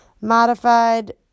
Modified